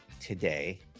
today